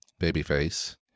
Babyface